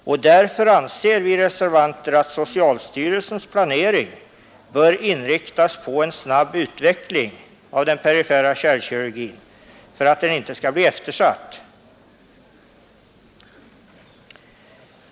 Därför anser vi reservanter att socialstyrelsens planering bör inriktas på en snabb utveckling av den perifera kärlkirurgin för att den inte skall bli eftersatt.